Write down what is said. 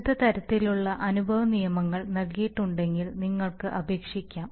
വിവിധ തരത്തിലുള്ള അനുഭവ നിയമങ്ങൾ നൽകിയിട്ടുണ്ടെങ്കിൽ നിങ്ങൾക്ക് അപേക്ഷിക്കാം